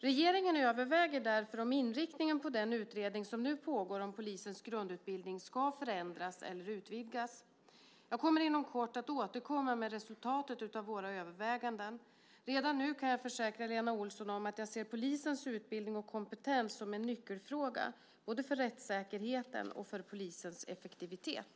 Regeringen överväger därför om inriktningen på den utredning som nu pågår om polisens grundutbildning ska förändras eller utvidgas. Jag kommer inom kort att återkomma med resultatet av våra överväganden. Redan nu kan jag försäkra Lena Olsson om att jag ser polisens utbildning och kompetens som en nyckelfråga både för rättssäkerheten och för polisens effektivitet.